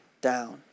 down